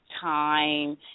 time